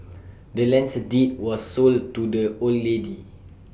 the land's deed was sold to the old lady